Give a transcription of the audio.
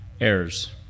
heirs